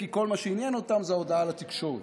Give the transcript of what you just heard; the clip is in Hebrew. כי כל מה שעניין אותם הוא ההודעה לתקשורת.